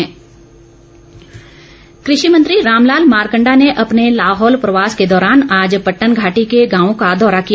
मारकण्डा कृषि मंत्री रामलाल मारकंडा ने अपने लाहौल प्रवास के दौरान आज पट्टन घाटी के गांवों का दौरा किया